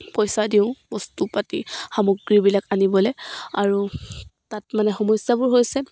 পইচা দিওঁ বস্তু পাতি সামগ্ৰীবিলাক আনিবলৈ আৰু তাত মানে সমস্যাবোৰ হৈছে